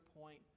point